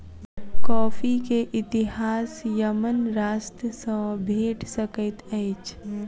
coffee के इतिहास Yemen राष्ट्र सॅ भेट सकैत अछि